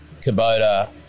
Kubota